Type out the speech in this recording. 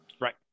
Right